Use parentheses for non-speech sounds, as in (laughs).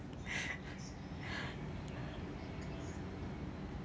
(laughs)